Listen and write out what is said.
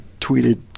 tweeted